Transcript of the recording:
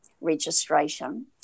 registration